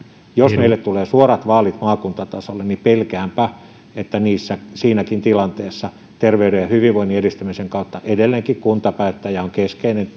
jos meille tulee suorat vaalit maakuntatasolle pelkäänpä että siinäkin tilanteessa terveyden ja hyvinvoinnin edistämisen kautta edelleenkin kuntapäättäjä on keskeinen